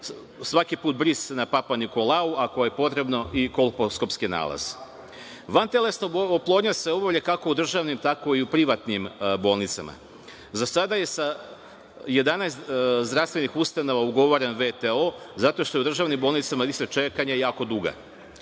svaki put bris Papanikolau, ako je potrebno i kolposkopski nalaz. Vantelesna oplodnja se obavlja kako u državnim, tako i u privatnim bolnicama. Za sada je sa 11 zdravstvenih ustanova ugovoren VTO zato što je u državnim bolnicama lista čekanja jako duga.